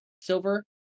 silver